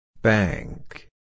Bank